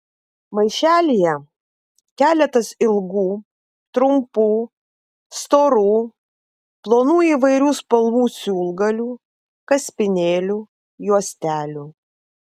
maišelyje keletas ilgų trumpų storų plonų įvairių spalvų siūlgalių kaspinėlių juostelių